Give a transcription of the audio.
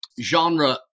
genre